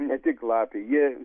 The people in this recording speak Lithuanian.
ne tik lapė jie